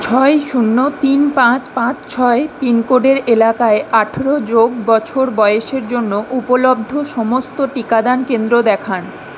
ছয় শূন্য তিন পাঁচ পাঁচ ছয় পিনকোডের এলাকায় আঠেরো যোগ বছর বয়েসের জন্য উপলব্ধ সমস্ত টিকাদান কেন্দ্র দেখান